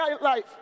life